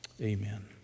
amen